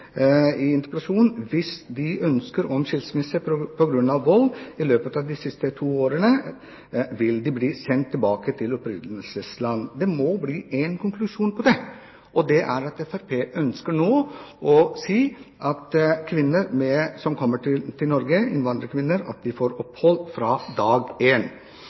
i sin interpellasjon: «Hvis de søker om skilsmisse pga. vold i løpet av disse to årene, vil de bli sendt tilbake til opprinnelseslandet.» Konklusjonen på dette må bli at Fremskrittspartiet nå ønsker å si at innvandrerkvinner som kommer til Norge, får opphold fra dag én. Jeg har et konkret spørsmål, som